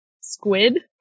squid